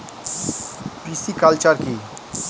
Pisciculture কি?